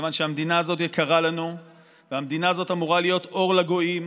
כיוון שהמדינה הזאת יקרה לנו והמדינה הזאת אמורה להיות אור לגויים,